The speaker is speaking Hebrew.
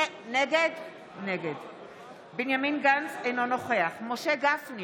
נגד בנימין גנץ, אינו נוכח משה גפני,